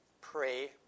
pray